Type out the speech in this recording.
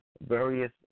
various